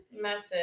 message